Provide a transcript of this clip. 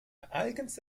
eigens